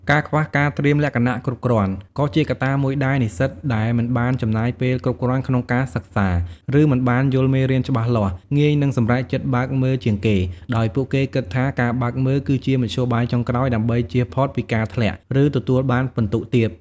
ការខ្វះការត្រៀមលក្ខណៈគ្រប់គ្រាន់ ក៏ជាកត្តាមួយដែរ និស្សិតដែលមិនបានចំណាយពេលគ្រប់គ្រាន់ក្នុងការសិក្សា ឬមិនបានយល់មេរៀនច្បាស់លាស់ ងាយនឹងសម្រេចចិត្តបើកមើលជាងគេ ដោយពួកគេគិតថាការបើកមើលគឺជាមធ្យោបាយចុងក្រោយដើម្បីជៀសផុតពីការធ្លាក់ ឬទទួលបានពិន្ទុទាប។